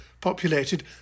populated